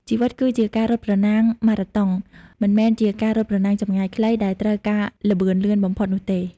ជីវិតគឺជាការរត់ប្រណាំងម៉ារ៉ាតុង មិនមែនជាការរត់ប្រណាំងចម្ងាយខ្លីដែលត្រូវការល្បឿនលឿនបំផុតនោះទេ។